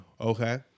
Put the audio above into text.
Okay